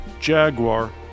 Jaguar